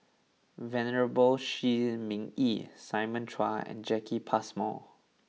Venerable Shi Ming Yi Simon Chua and Jacki Passmore